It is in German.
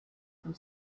von